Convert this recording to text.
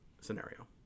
scenario